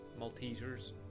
Maltesers